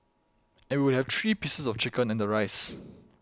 and we would have three pieces of chicken and the rice